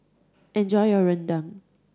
enjoy your rendang